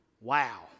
Wow